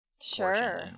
Sure